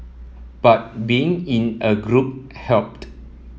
but being in a group helped